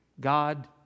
God